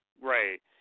Right